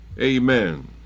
Amen